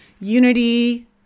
unity